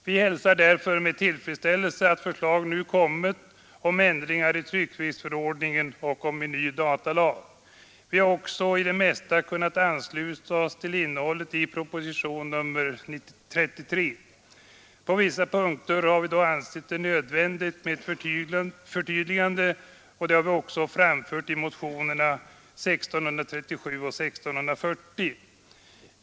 Vi hälsar därför med tillfredsställelse att förslag nu kommit om ändringar i tryckfrihetsförordningen och om en ny datalag. Vi har också i det mesta kunnat ansluta oss till innehållet i propositionen 33. På vissa punkter har vi ansett det nödvändigt med ett förtydligande, vilket vi även framfört i motionerna 1637 och 1640.